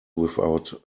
without